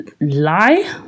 lie